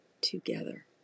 together